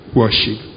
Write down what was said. worship